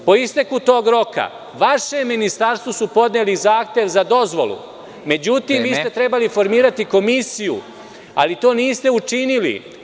Po isteku tog roka, vašem ministarstvu su podneli zahtev za dozvolu. (Predsednik: Vreme.) Međutim, vi ste trebali formirati komisiju, ali to niste učinili.